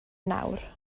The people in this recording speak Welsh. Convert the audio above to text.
nawr